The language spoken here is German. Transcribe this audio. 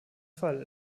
fall